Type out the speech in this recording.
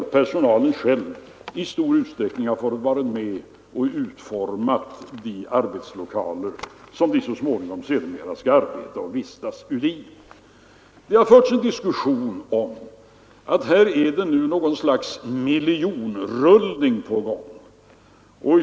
Personalen har där i stor utsträckning själv fått vara med om att utforma sina egna arbetslokaler. Det har förts en diskussion om att här skulle ett slags miljonrullning vara på gång.